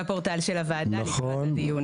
בפורטל של הוועדה, לקראת הדיון.